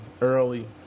Early